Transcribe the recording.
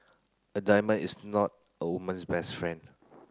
a diamond is not a woman's best friend